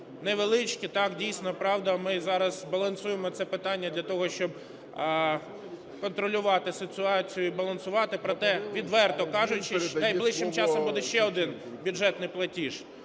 невеличкий. Так, дійсно, правда, ми зараз балансуємо це питання для того, щоб контролювати ситуацію і балансувати. Проте, відверто кажучи, найближчим часом буде ще один бюджетний платіж.